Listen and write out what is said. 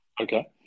Okay